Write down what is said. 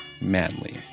manly